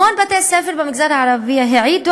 המון בתי-ספר במגזר הערבי העידו